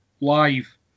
live